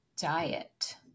diet